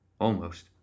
Almost